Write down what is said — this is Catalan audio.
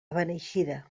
beneixida